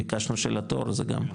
ביקשנו של התור זה גם,